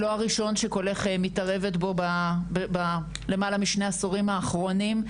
ולא הראשון שקולך מתערבת בו בשני העשורים האחרונים.